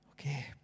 Okay